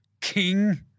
king